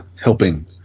helping